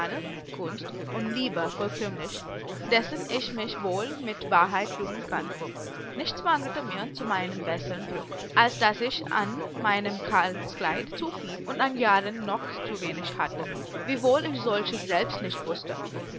gunst und liebe vollkömmlich dessen ich mich wohl mit wahrheit rühmen kann nichts mangelte mir zu meinem besserm glück als daß ich an meinem kalbskleid zu viel und an jahren noch zu wenig hatte wiewohl ich solches selbst nicht wußte